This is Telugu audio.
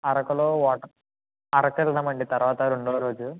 అరకులో వాట అరకెళ్దామండి తర్వాత రెండవ రోజు